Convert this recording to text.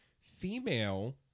female